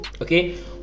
Okay